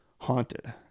haunted